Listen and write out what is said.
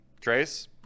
Trace